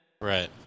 right